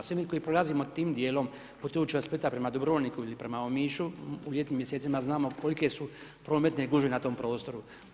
Svi mi koji prolazimo tim dijelom putujući od Splita prema Dubrovniku ili prema Omišu, u ljetnim mjesecima znamo kolike su prometne gužve na tom prostoru.